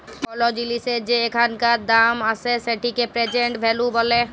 call জিলিসের যে এখানকার দাম আসে সেটিকে প্রেজেন্ট ভ্যালু ব্যলে